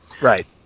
Right